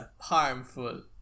harmful